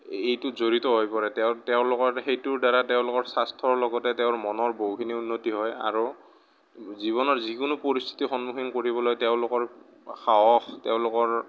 এইটোত জড়িত হৈ পৰে তেওঁ তেওঁলোকৰ সেইটোৰ দ্বাৰা তেওঁলোকৰ স্বাস্থ্যৰ লগতে তেওঁৰ মনৰ বহুখিনি উন্নতি হয় আৰু জীৱনৰ যিকোনো পৰিস্থিতিৰ সন্মুখীন কৰিবলৈ তেওঁলোকৰ সাহস তেওঁলোকৰ